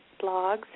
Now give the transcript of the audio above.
blogs